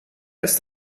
ist